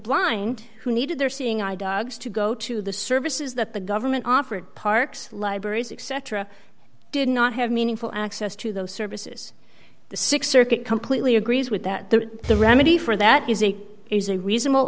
blind who needed their seeing eye dogs to go to the services that the government offered parks libraries etc did not have meaningful access to those services the th circuit completely agrees with that the the remedy for that is a is a reasonable